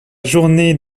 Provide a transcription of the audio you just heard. journée